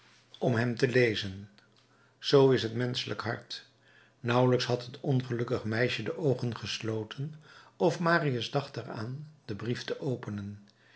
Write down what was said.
om hem te lezen zoo is het menschelijk hart nauwelijks had het ongelukkig meisje de oogen gesloten of marius dacht er aan den brief te openen